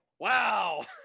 Wow